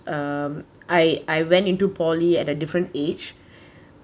um I I went into poli at a different age